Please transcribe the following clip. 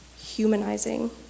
humanizing